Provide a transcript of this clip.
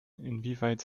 inwieweit